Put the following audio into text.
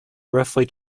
roughly